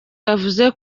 yavuze